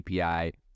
API